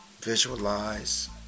visualize